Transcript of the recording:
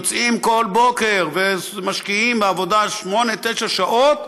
יוצאים כל בוקר ומשקיעים בעבודה שמונה-תשע שעות,